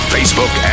Facebook